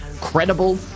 credible